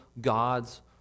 God's